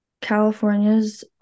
California's